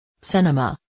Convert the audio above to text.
Cinema